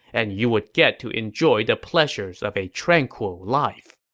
and you would get to enjoy the pleasures of a tranquil life.